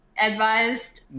advised